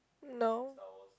no